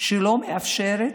שלא מאפשרת,